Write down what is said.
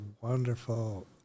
wonderful